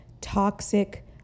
toxic